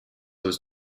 was